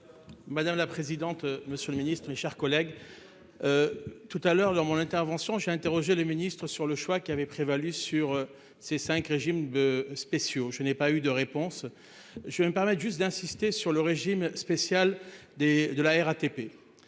Madame la présidente. Monsieur le Ministre, mes chers collègues. Tout à l'heure dans mon intervention j'ai interrogé le ministre-sur le choix qui avait prévalu sur ces cinq régimes. Spéciaux. Je n'ai pas eu de réponse. Je me permets juste d'insister sur le régime spécial des de la RATP